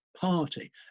party